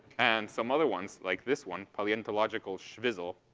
and some other ones, like this one, paleontological shvisle,